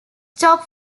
top